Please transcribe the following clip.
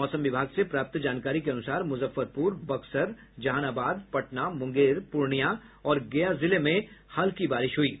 मौसम विभाग से प्राप्त जानकारी के अनुसार मुजफ्फरपुर बक्सर जहानाबाद पटना मुंगेर पूर्णिया और गया जिले में हल्की बारिश हुई है